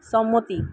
সম্মতি